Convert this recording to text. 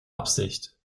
absicht